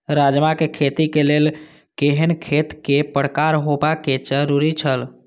राजमा के खेती के लेल केहेन खेत केय प्रकार होबाक जरुरी छल?